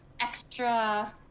extra